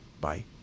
Bye